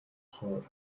her